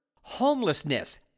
homelessness